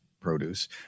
produce